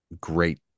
great